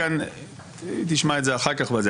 היא תשמע את זה אחר כך.